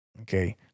Okay